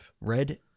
red